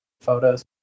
photos